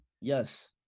Yes